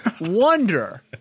wonder